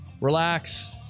Relax